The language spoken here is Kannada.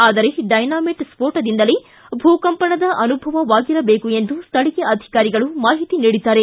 ಆದರೆ ಡೈನಾಮೆಟ್ ಸ್ಪೋಟದಿಂದಲೇ ಭೂಕಂಪನದ ಅನುಭವವಾಗಿರಬೇಕು ಎಂದು ಸ್ವಳಿಯ ಅಧಿಕಾರಿಗಳು ಮಾಹಿತಿ ನೀಡಿದ್ದಾರೆ